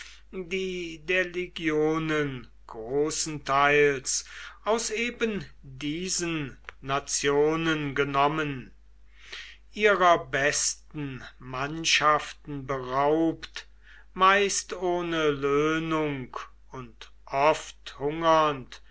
die der legionen großenteils aus eben diesen nationen genommen ihrer besten mannschaften beraubt meist ohne löhnung und oft hungernd